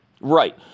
Right